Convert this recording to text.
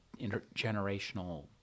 intergenerational